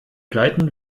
gleiten